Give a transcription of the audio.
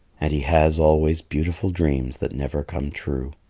and he has always beautiful dreams that never come true.